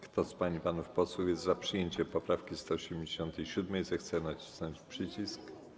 Kto z pań i panów posłów jest za przyjęciem poprawki 187., zechce nacisnąć przycisk.